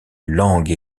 langues